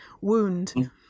wound